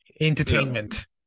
entertainment